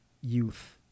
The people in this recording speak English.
youth